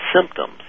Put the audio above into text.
symptoms